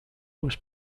was